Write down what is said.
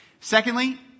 Secondly